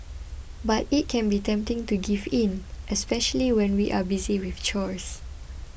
but it can be tempting to give in especially when we are busy with chores